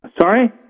Sorry